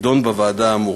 תידון בוועדה האמורה.